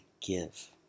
give